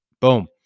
Boom